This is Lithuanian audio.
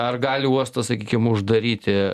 ar gali uostą sakykim uždaryti